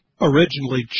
originally